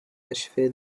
achevé